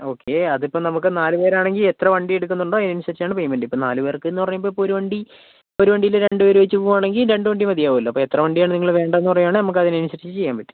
okay അതിപ്പം നമുക്ക് നാല് പേരാണെങ്കിൽ എത്ര വണ്ടി എടുക്കുന്നുണ്ടോ അതിനനുസരിച്ചാണ് പേയ്മെന്റ് ഇപ്പം നാലു പേര്ക്ക് എന്ന് പറയുമ്പോൾ ഇപ്പോൾ ഒരു വണ്ടി ഒരു വണ്ടിയിൽ രണ്ടു പേർ വെച്ച് പോവാണെങ്കിൽ രണ്ട് വണ്ടി മതിയാവുമല്ലോ അപ്പോൾ എത്ര വണ്ടി ആണ് നിങ്ങൾ വേണ്ടതെന്ന് പറയുവാണേൽ നമുക്ക് അതിനനനുസരിച്ച് ചെയ്യാന് പറ്റും